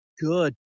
good